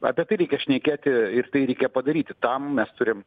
apie ką reikia šnekėti ir tai reikia padaryti tam mes turim